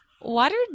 water